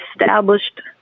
established